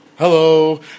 Hello